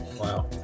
Wow